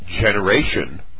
generation